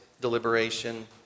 deliberation